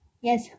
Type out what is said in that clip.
Yes